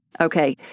Okay